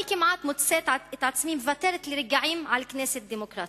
אני כמעט מוצאת את עצמי מוותרת לרגעים על כנסת דמוקרטית.